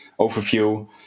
overview